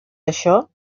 això